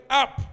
up